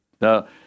now